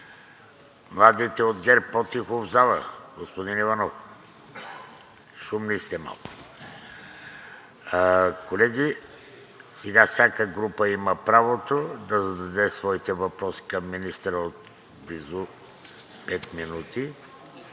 Младите от ГЕРБ, по-тихо в залата! Господин Иванов, шуми се много. Колеги, всяка група има правото да зададе своите въпроси към министъра от близо пет минути